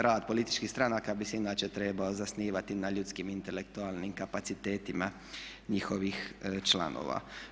Rad političkih stranaka bi se inače trebao zasnivati na ljudskim i intelektualnim kapacitetima njihovih članova.